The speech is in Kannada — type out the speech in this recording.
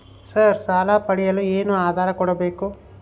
ಸರ್ ಸಾಲ ಪಡೆಯಲು ಏನು ಆಧಾರ ಕೋಡಬೇಕು?